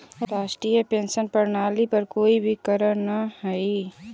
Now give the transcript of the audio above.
राष्ट्रीय पेंशन प्रणाली पर कोई भी करऽ न हई